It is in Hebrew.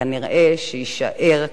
כנראה שיישאר קטן.